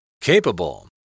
Capable